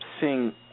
seeing